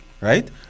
right